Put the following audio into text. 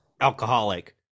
alcoholic